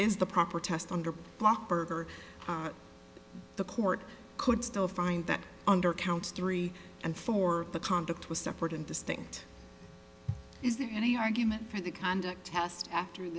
is the proper test under lock burger the court could still find that under counts three and four the conduct was separate and distinct is there any argument for the conduct test after